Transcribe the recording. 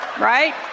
Right